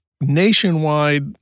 nationwide